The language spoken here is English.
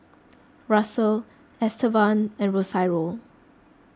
Russel Estevan and Rosario